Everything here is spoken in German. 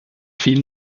vielen